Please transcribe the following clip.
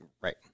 Right